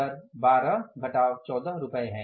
दर 12 घटाव 14 रुपये है